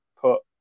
put